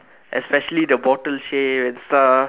especially the bottle shape and stuff